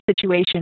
situation